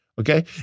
okay